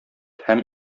һәм